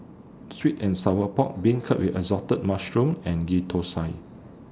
Sweet and Sour Pork Beancurd with Assorted Mushrooms and Ghee Thosai